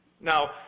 Now